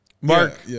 Mark